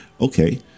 okay